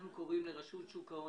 אנחנו קוראים לרשות שוק ההון